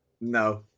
no